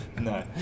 No